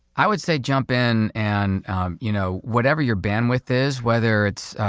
i would say jump in and you know whatever your bandwidth is, whether it's.